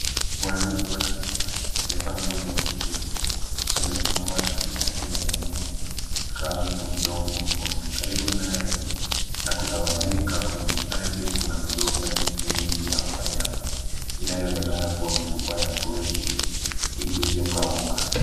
Mwanamke naona ni msomali, amevaa nguo nyeusi ndefu, amesimama katikati ya eneo kame la udongo mwekundu karibu naye na kutawanyika kwenye ardhi. Kuna mzoga mingi ya wanyama inayo onekana kuwa mfupa ya ngozi iliyokauka.